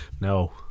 No